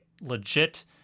legit